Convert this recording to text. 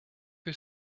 que